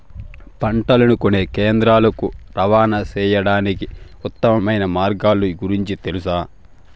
పంటలని కొనే కేంద్రాలు కు రవాణా సేయడానికి ఉత్తమమైన మార్గాల గురించి తెలుసా?